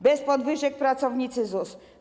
Bez podwyżek - pracownicy ZUS.